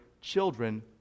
children